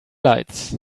lights